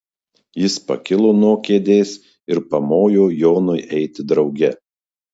jis pakilo nuo kėdės ir pamojo jonui eiti drauge